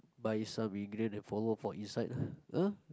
buy some ingredient then follow for insight ah uh